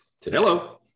Hello